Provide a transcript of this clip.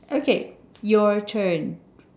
okay your turn